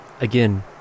Again